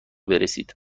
برسید